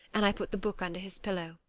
and i put the book under his pillow,